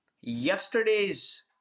yesterday's